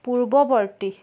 পূৰ্বৱৰ্তী